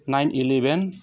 nine eleven